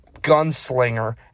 gunslinger